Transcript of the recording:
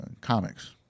comics